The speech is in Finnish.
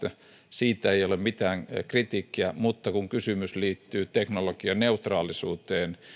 siitä ei ei ole mitään kritiikkiä mutta kun kysymys liittyy teknologianeutraalisuuteen